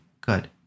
good